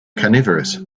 carnivorous